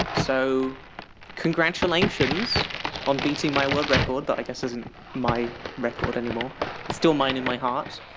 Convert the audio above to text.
so congratulations on beating my world record that i guess isn't my record anymore. it's still mine in my heart.